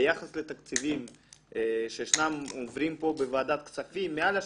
ביחס לתקציבים שעוברים בוועדת הכספים מעל לשולחן,